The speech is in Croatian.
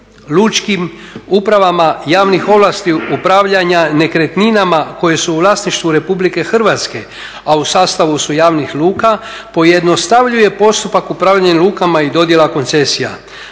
lučkim upravama javnih ovlasti upravljanja nekretninama koje su u vlasništvu RH, a u sastavu su javnih luka, pojednostavljuje postupak upravljanja lukama i dodjela koncesija,